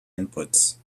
inputs